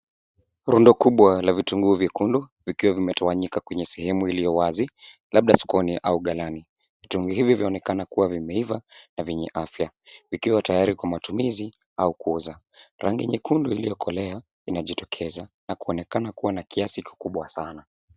Rundo kubwa la vitunguu vyekundu vikiwa vimetawanyika kwenye sehemu iliyo wazi, labda sokoni au ghalani. Vitunguu hivi vyaonekana kuwa vimeiva na vyenye afya, vikiwa tayari kwa matumizi au kuuza. Rangi nyekundu iliyokolea inajitokeza na kuonekana kuwa na kiasi kikubwa sana.